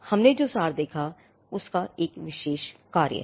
हमने जो सार देखा था उसका एक विशेष कार्य है